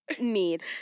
Need